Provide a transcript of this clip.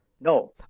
No